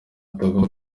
atagomba